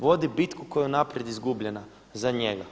Vodi bitku koja je unaprijed izgubljena za njega.